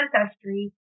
ancestry